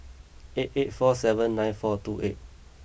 eight eight four seven nine four two eight